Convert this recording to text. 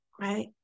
right